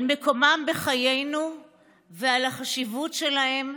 על מקומן בחיינו ועל החשיבות שלהן,